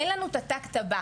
אין לנו את השלב הבא.